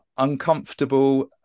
uncomfortable